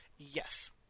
Yes